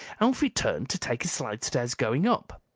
alfie turned to take a slidestairs going up.